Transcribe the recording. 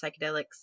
psychedelics